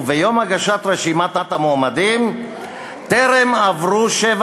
וביום הגשת רשימת המועמדים טרם עברו שבע